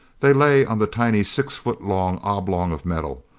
they lay on the tiny six foot long oblong of metal,